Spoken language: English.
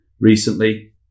recently